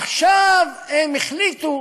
עכשיו הם החליטו